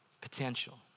potential